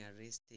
arrested